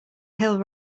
hill